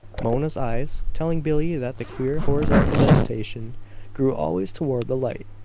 mona's eyes telling billie that the queer horizontal vegetation grew always toward the light.